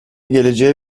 geleceğe